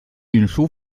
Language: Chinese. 运输